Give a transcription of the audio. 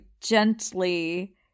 gently